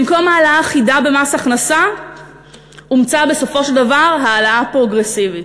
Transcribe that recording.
במקום העלאה אחידה במס הכנסה אומצה בסופו של דבר העלאה פרוגרסיבית.